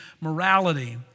morality